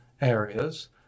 areas